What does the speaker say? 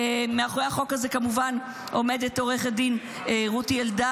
מאחורי החוק הזה כמובן עומדת עו"דד רותי אלדר